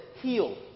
heal